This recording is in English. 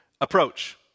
approach